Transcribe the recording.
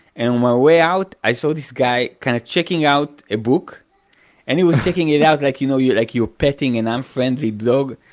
and on my way out i saw this guy kind of checking out a book and he was checking it out like you know you like you are petting an unfriendly dog.